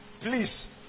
Please